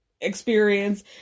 experience